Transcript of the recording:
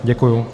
Děkuju.